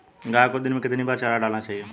गाय को दिन में कितनी बार चारा डालना चाहिए?